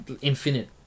infinite